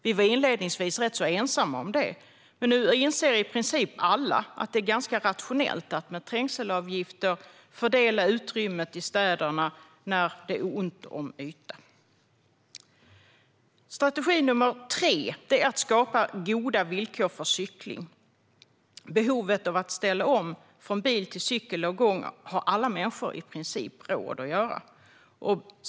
Vi var inledningsvis ganska ensamma om det, men nu inser i princip alla att det är ganska rationellt att med trängselavgifter fördela utrymmet i städerna när det är ont om yta. Den tredje strategin handlar om att skapa goda villkor för cykling. Att ställa om från bil till cykel och gång har i princip alla människor råd med.